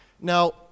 Now